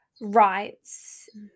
rights